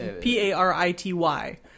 P-A-R-I-T-Y